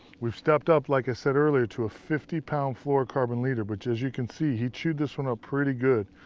we have stepped up, like i said earlier, to a fifty pound fluorocarbon leader. but yeah as you can see, he chewed this one up pretty good.